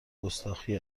گستاخی